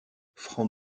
francs